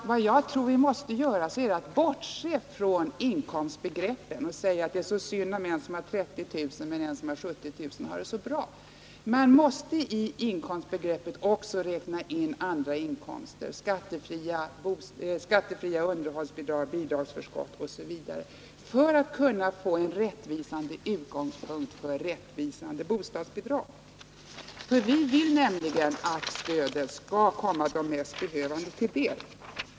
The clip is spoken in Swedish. Vad jag tror att vi måste göra är att sluta utgå från att det alltid är synd om den barnfamilj som hart.ex. 30 000 kr. i årslön, medan den som har 70 000 har det så bra. Man måste i inkomstbegreppet också räkna in andra inkomster, exempelvis skattefria underhållsbidrag, bidragsförskott osv., för att få en rättvisande utgångspunkt för rättvisande bostadsbidrag. Vi vill nämligen att stödet skall komma de mest behövande till del.